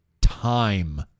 time